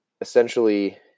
essentially